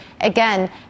again